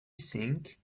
think